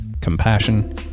compassion